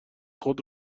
خود